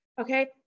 okay